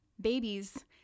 babies